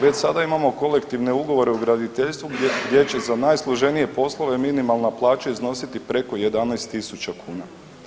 Već sada imamo kolektivne ugovore u graditeljstvu gdje će za najsloženije poslove minimalna plaća iznositi preko 11.000 kuna.